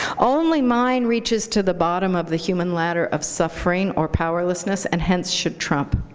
only mine reaches to the bottom of the human ladder of suffering or powerlessness, and hence should trump.